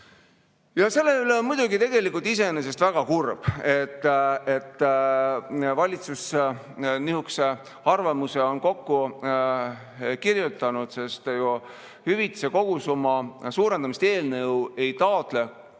Ja see on muidugi tegelikult iseenesest väga kurb, et valitsus nihukese arvamuse on kokku kirjutanud, sest hüvitise kogusumma suurendamist eelnõu ei taotle.